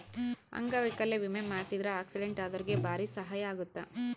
ಅಂಗವೈಕಲ್ಯ ವಿಮೆ ಮಾಡ್ಸಿದ್ರ ಆಕ್ಸಿಡೆಂಟ್ ಅದೊರ್ಗೆ ಬಾರಿ ಸಹಾಯ ಅಗುತ್ತ